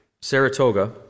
Saratoga